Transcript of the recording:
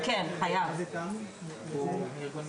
12:55.